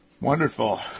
Wonderful